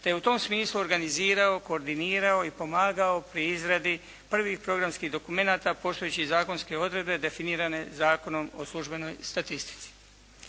je u tom smislu organizirao, koordinirao i pomagao pri izradu prvih programskih dokumenata poštujući zakonske odredbe definirane Zakonom o službenoj statistici.